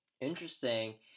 Interesting